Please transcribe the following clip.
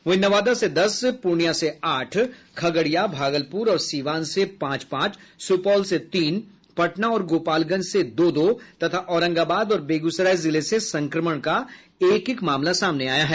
वहीं नवादा से दस पूर्णिया से आठ खगड़िया भागलपुर और सीवान से पांच पांच सुपौल से तीन पटना और गोपालगंज से दो दो तथा औरंगाबाद और बेगूसराय जिले से संक्रमण का एक एक मामला सामने आया है